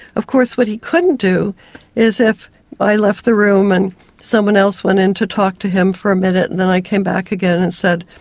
of course what he couldn't do is if i left the room and someone else went into talk to him for a minute and then i came back again and said,